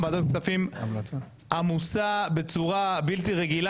ועדת הכספים עמוסה בצורה בלתי רגילה.